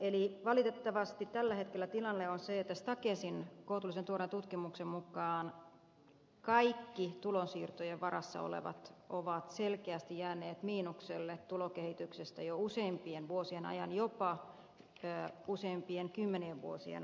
eli valitettavasti tällä hetkellä tilanne on se että stakesin kohtuullisen tuoreen tutkimuksen mukaan kaikki tulonsiirtojen varassa olevat ovat selkeästi jääneet miinukselle tulokehityksestä jo useampien vuosien ajan jopa useampien kymmenien vuosien ajan